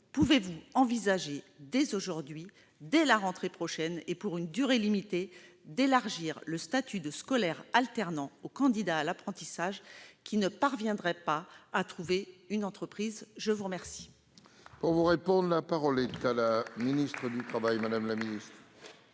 pouvez-vous envisager dès aujourd'hui pour la rentrée prochaine et pour une durée limitée d'élargir le statut de scolaire alternant aux candidats à l'apprentissage qui ne parviendraient pas à trouver une entreprise ? La parole